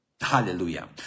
Hallelujah